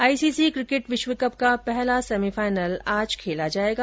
ICC cricket विश्व cup का पहला सेमीफाइनल आज खेला जायेगा